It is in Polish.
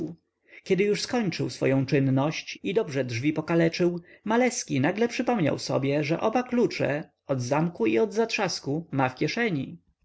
kiedy już skończył swoję czynność i dobrze drzwi pokaleczył maleski nagle przypomiał sobie że oba klucze od zamku i od zatrzasku ma w kieszeni